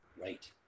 right